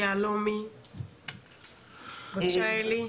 בבקשה אלי.